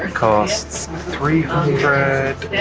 costs three hundred